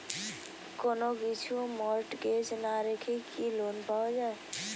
কোন কিছু মর্টগেজ না রেখে কি লোন পাওয়া য়ায়?